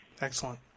Excellent